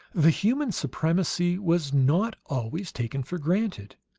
the human supremacy was not always taken for granted.